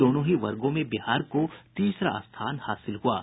दोनों ही वर्गों में बिहार को तीसरा स्थान हासिल हुआ है